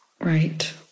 right